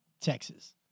Texas